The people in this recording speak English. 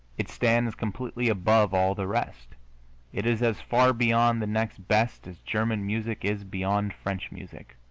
it stands completely above all the rest it is as far beyond the next best as german music is beyond french music,